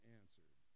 answered